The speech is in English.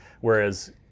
Whereas